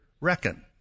reckon